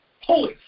Holy